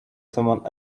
someone